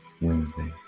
Wednesday